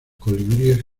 colibríes